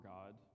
God